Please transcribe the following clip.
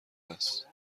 هست